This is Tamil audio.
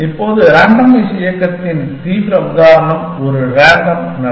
இப்போது ரேண்டமைஸ் இயக்கத்தின் தீவிர உதாரணம் ஒரு ரேண்டம் நடை